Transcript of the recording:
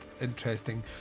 interesting